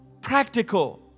Practical